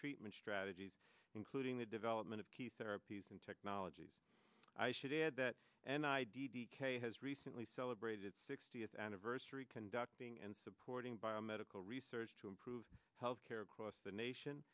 treatment strategies including the development of key therapies and technology i should add that and i d d k has recently celebrated its sixtieth anniversary conducting and supporting biomedical research to improve health care across the nation